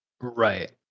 Right